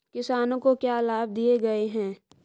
किसानों को क्या लाभ दिए गए हैं?